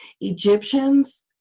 Egyptians